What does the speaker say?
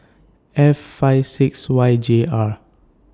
F five six Y J R